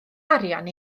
arian